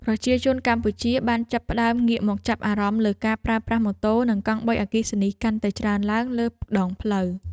ប្រជាជនកម្ពុជាបានចាប់ផ្តើមងាកមកចាប់អារម្មណ៍លើការប្រើប្រាស់ម៉ូតូនិងកង់បីអគ្គិសនីកាន់តែច្រើនឡើងលើដងផ្លូវ។